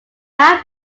are